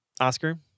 Oscar